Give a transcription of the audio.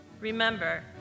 remember